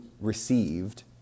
received